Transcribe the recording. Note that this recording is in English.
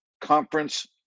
Conference